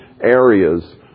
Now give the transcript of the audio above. areas